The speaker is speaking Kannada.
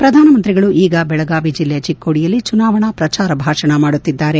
ಪ್ರಧಾನಮಂತ್ರಿಗಳು ಈಗ ಬೆಳಗಾವಿ ಜಿಲ್ಲೆಯ ಚಿಕೋಡಿಯಲ್ಲಿ ಚುನಾವಣಾ ಪ್ರಚಾರ ಭಾಷಣ ಮಾಡುತ್ತಿದ್ದಾರೆ